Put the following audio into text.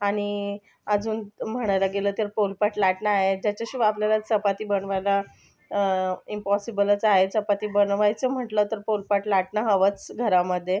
आणि अजून म्हणायला गेलं तर पोलपाट लाटणं आहे ज्याच्याशिवाय आपल्याला चपाती बनवायला इम्पॉसिबलच आहे चपाती बनवायचं म्हटलं तर पोलपाट लाटणं हवंच घरामध्ये